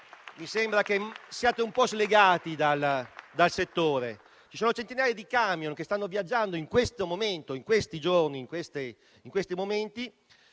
sinceramente che siate un po' slegati dal settore. Ci sono centinaia di camion, che stanno viaggiando in questo momento e in questi giorni, che dovrebbero